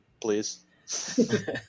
please